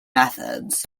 methods